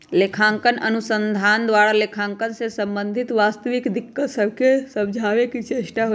लेखांकन अनुसंधान द्वारा लेखांकन से संबंधित वास्तविक दिक्कत सभके समझाबे के चेष्टा होइ छइ